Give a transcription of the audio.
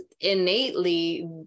innately